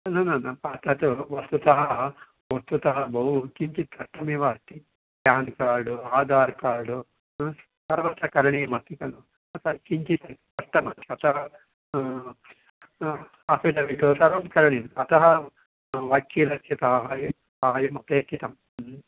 न न न स तत् वस्तुतः वस्तुतः बहु किञ्चित् कष्टमेव अस्ति प्यान् कार्ड् आधार् कार्ड् सर्वत्र करणीयमस्ति खलु सः किञ्चित् कष्टमस्ति अतः आफ़िडविटु सर्वं करणीयम् अतः वाक्यरक्षितः आयम् अपेक्षितं